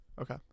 Okay